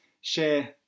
share